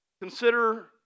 Consider